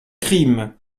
crimes